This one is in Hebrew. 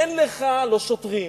אין לך שוטרים,